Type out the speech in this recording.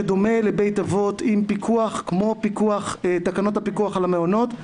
שדומה לבית אבות עם פיקוח כמו תקנות הפיקוח על המעונות.